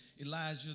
Elijah